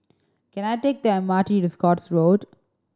can I take the M R T to Scotts Road